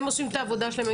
הם עושים את העבודה שלהם,